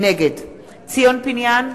נגד ציון פיניאן,